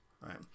right